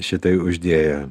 šitai uždėjo